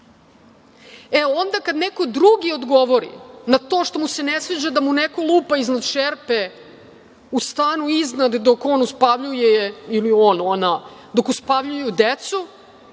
toga. Onda, kad neko drugi odgovori na to što mu se ne sviđa da mu neko lupa u šerpe u stanu iznad dok on uspavljuje, on ili ona, dok uspavljuju decu,